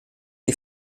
les